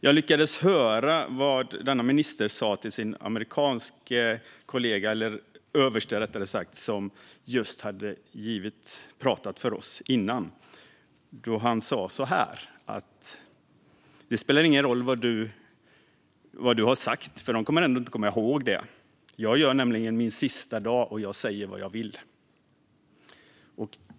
Jag lyckades höra vad denne minister sa till sin amerikanske kollega, en överste som just hade talat för oss. Ministern sa: Det spelar ingen roll vad du har sagt, för de kommer ändå inte att komma ihåg det. Jag gör nämligen min sista dag, och jag säger vad jag vill.